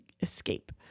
escape